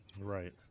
Right